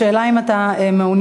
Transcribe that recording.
השאלה אם אתה מעוניין,